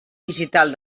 digital